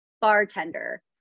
bartender